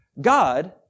God